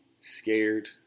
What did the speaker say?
scared